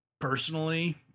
personally